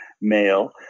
male